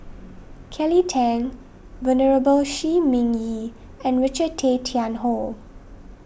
Kelly Tang Venerable Shi Ming Yi and Richard Tay Tian Hoe